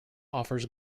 offers